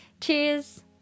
Cheers